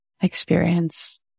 experience